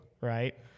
right